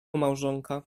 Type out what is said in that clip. małżonka